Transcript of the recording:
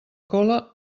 cola